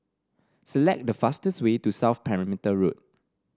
select the fastest way to South Perimeter Road